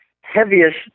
heaviest